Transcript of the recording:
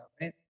right